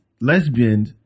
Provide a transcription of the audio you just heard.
lesbian